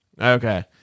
Okay